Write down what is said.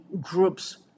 groups